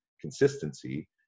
consistency